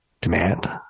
demand